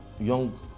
Young